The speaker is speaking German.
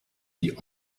die